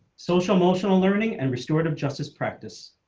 social emotional learning and restorative justice practice.